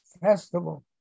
festival